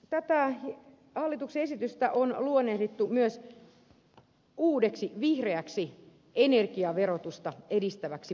tätä hallituksen esitystä on luonnehdittu myös uudeksi vihreäksi energiaverotusta edistäväksi paketiksi